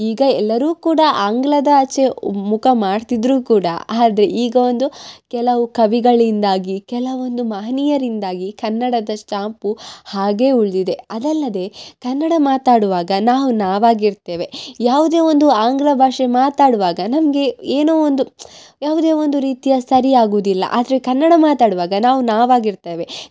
ಈಗ ಎಲ್ಲರೂ ಕೂಡ ಆಂಗ್ಲದ ಆಚೆ ಮುಖ ಮಾಡ್ತಿದ್ರೂ ಕೂಡ ಆದರೆ ಈಗ ಒಂದು ಕೆಲವು ಕವಿಗಳಿಂದಾಗಿ ಕೆಲವೊಂದು ಮಹನೀಯರಿಂದಾಗಿ ಕನ್ನಡದ ಛಾಪು ಹಾಗೇ ಉಳಿದಿದೆ ಅದಲ್ಲದೆ ಕನ್ನಡ ಮಾತಾಡುವಾಗ ನಾವು ನಾವಾಗಿರ್ತೇವೆ ಯಾವುದೇ ಒಂದು ಆಂಗ್ಲ ಭಾಷೆ ಮಾತಾಡುವಾಗ ನಮಗೆ ಏನೋ ಒಂದು ಯಾವುದೇ ಒಂದು ರೀತಿಯ ಸರಿಯಾಗೋದಿಲ್ಲ ಆದರೆ ಕನ್ನಡ ಮಾತಾಡುವಾಗ ನಾವು ನಾವಾಗಿರ್ತೇವೆ